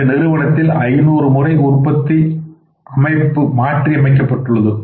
இந்த நிறுவனத்தில் 500 முறை உற்பத்தி அமைப்பு மாற்றியமைக்கப்பட்டுள்ளது